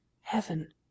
Heaven